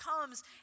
comes